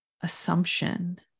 assumption